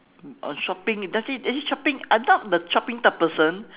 on shopping it doesn't actually shopping I'm not the shopping type person